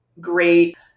great